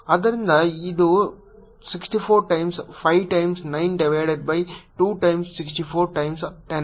ಆದ್ದರಿಂದ ಇದು 64 times 5 times 9 divided by 2 times 24 times 10